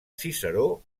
ciceró